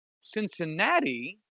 Cincinnati